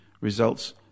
results